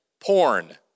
porn